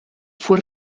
fue